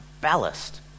ballast